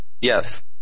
Yes